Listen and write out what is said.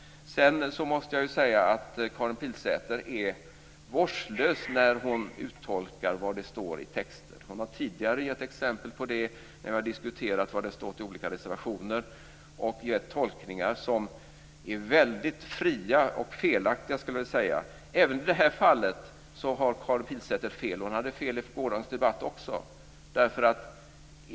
Sedan måste jag säga att Karin Pilsäter är vårdslös när hon uttolkar vad det står i texter. Hon har tidigare gett exempel på det när vi har diskuterat vad det har stått i olika reservationer. Hon har gett tolkningar som är väldigt fria och felaktiga, skulle jag vilja säga. Även i det här fallet har Karin Pilsäter fel. Hon hade fel i gårdagens debatt också.